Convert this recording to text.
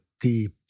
deep